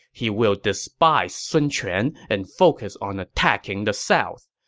he will despise sun quan and focus on attacking the south.